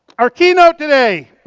our keynote today,